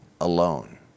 alone